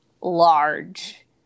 large